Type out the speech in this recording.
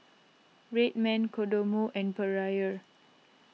Red Man Kodomo and Perrier